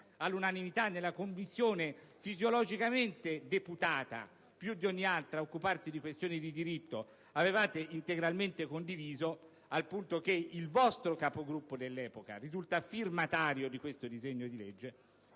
all'unanimità, nella Commissione fisiologicamente deputata, più di ogni altra, ad occuparsi di questioni di diritto, l'avevate integralmente condivisa, al punto che il vostro Capogruppo dell'epoca risulta firmatario di questo disegno di legge),